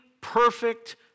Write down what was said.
perfect